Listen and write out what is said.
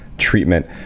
treatment